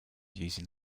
using